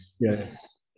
Yes